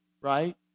right